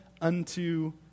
unto